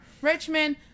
Richmond